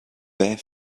bare